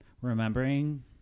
remembering